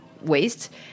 waste